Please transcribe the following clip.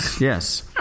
yes